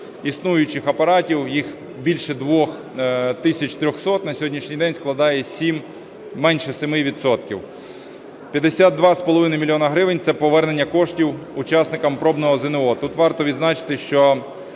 існуючих апаратів, їх більше 2 тисяч 300, на сьогоднішній день складає менше 7 відсотків. 52,5 мільйона гривень – це повернення коштів учасникам пробного ЗНО. Тут варто відзначити, що